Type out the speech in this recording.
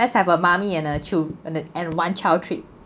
let's have a mummy and uh chil~ and a one child trip